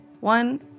One